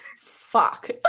Fuck